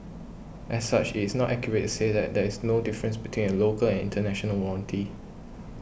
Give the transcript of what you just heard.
as such it is not accurate to say that there is no difference between a local and international warranty